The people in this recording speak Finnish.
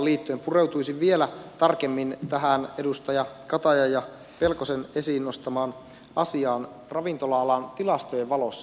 pureutuisin vielä tarkemmin tähän edustaja katajan ja edustaja pelkosen esiin nostamaan asiaan ravintola alan tilastojen valossa